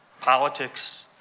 politics